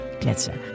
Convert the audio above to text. kletsen